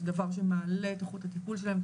דבר שמעלה את איכות הטיפול שלהן,